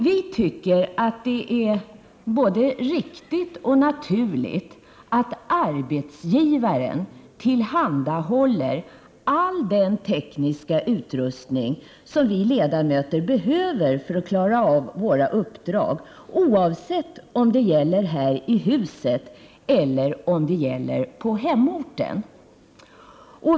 Vi tycker att det är både riktigt och naturligt att arbetsgivaren tillhandahåller all den tekniska utrustning som vi ledamöter behöver för att klara våra uppdrag, oavsett om den behövs här i riksdagshuset eller på hemorten.